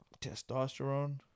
Testosterone